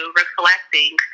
reflecting